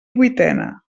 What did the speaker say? vuitena